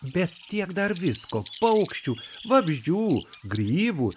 bet tiek dar visko paukščių vabzdžių grybų